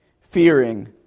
fearing